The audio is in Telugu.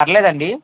పర్వలేదా అండి